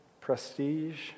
prestige